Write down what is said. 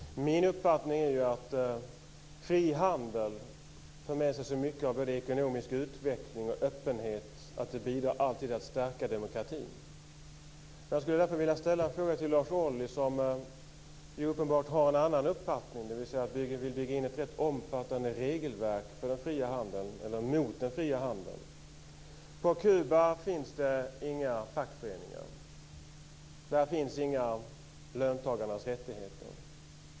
Fru talman! Min uppfattning är att fri handel för med sig så mycket av ekonomisk utveckling och öppenhet att den alltid bidrar till att stärka demokratin. Jag vill därför ställa en fråga till Lars Ohly som uppenbarligen har en annan uppfattning, dvs. att bygga in ett omfattande regelverk mot den fria handeln. På Kuba finns inga fackföreningar, där finns inga löntagarnas rättigheter.